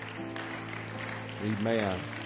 Amen